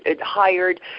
hired